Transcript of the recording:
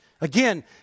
Again